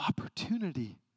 opportunity